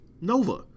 Nova